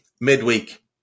midweek